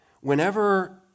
Whenever